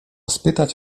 spytać